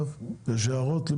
האם למישהו יש הערות?